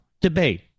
debate